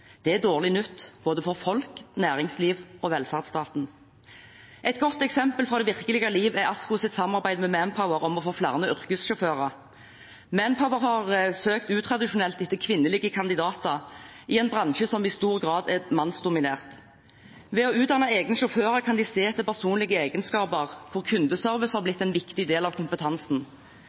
Det er dårlig nytt for både folk, næringsliv og velferdsstaten. Et godt eksempel fra det virkelige liv er ASKOs samarbeid med Manpower om å få flere yrkessjåfører. Manpower har søkt utradisjonelt etter kvinnelige kandidater, i en bransje som i stor grad er mannsdominert. Ved å utdanne egne sjåfører kan de se etter personlige egenskaper, for kundeservice har blitt en viktig del av kompetansen.